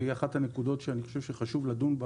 והיא אחת הנקודות שחשוב לדון בה